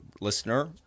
listener